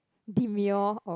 demure